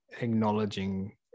acknowledging